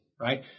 right